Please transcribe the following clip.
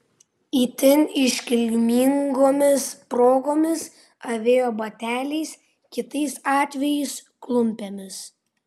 itin iškilmingomis progomis avėjo bateliais kitais atvejais klumpėmis